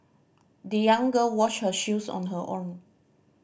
the young girl washed her shoes on her own